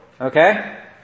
okay